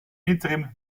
interim